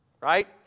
Right